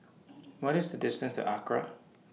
What IS The distance to Acra